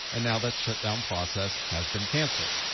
and now that shutdown process has been canceled.